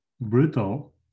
brutal